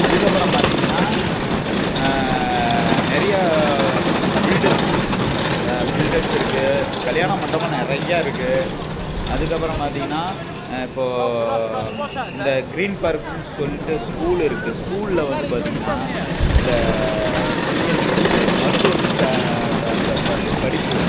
அதற்கப்பறம் பார்த்தீங்கன்னா நிறையா பில்டர்ஸ் பில்டர்ஸ் இருக்கு கல்யாணம் மண்டபம் நிறையா இருக்கு அதற்கப்பறம் பார்த்தீங்கன்னா இப்போ இந்த க்ரீன் பார்க்குன்னு சொல்லிட்டு ஸ்கூல் இருக்கு ஸ்கூலில் வந்து பார்த்தீங்கன்னா இந்த டிஎன்பிசி இந்த மருத்துவ ச சார்ந்த பள்ளி படிப்பு